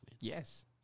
Yes